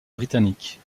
britanniques